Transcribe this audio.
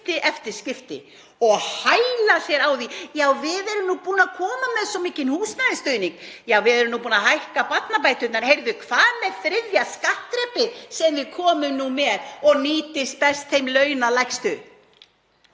eftir skipti og hæla sér af því: Já, við erum nú búin að koma með svo mikinn húsnæðisstuðning, við erum nú búin að hækka barnabæturnar, heyrðu hvað með þriðja skattþrepið sem við komum nú með og nýtist best þeim launalægstu?